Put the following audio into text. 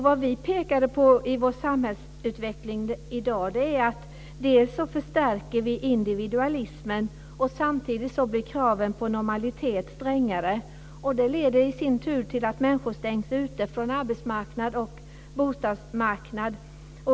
Vad vi pekar på är dels att vi i vår samhällsutveckling i dag förstärker individualismen, dels att kraven på normalitet blir strängare. Det leder i sin tur till att människor stängs ute från arbetsmarknad och bostadsmarknad.